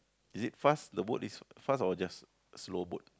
is it fast the boat is fast or just slow boat